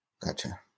Gotcha